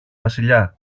βασιλιά